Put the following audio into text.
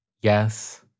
Yes